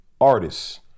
artists